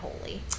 holy